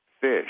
fish